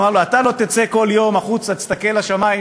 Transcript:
הוא אמר לו: אתה לא תצא כל יום החוצה ותסתכל לשמים,